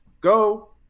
go